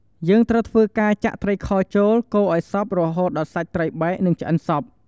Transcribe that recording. យើងត្រូវធ្វើការចាក់ត្រីខចូល កូរឲ្យសព្វរហូតដល់សាច់ត្រីបែក និងឆ្អិនសព្វ។